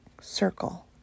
circle